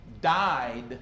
died